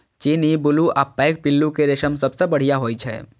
चीनी, बुलू आ पैघ पिल्लू के रेशम सबसं बढ़िया होइ छै